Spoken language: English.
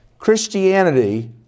Christianity